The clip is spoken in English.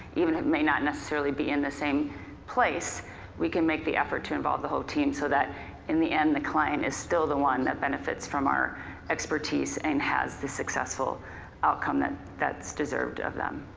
even if it may not necessarily be in the same place we can make the effort to involve the whole team so that in the end the client is still the one that benefits from our expertise and has the successful outcome that's deserved of them.